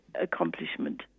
accomplishment